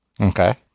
Okay